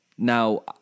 Now